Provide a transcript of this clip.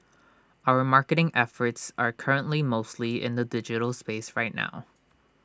our marketing efforts are currently mostly in the digital space right now